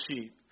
sheep